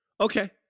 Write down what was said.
Okay